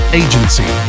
agency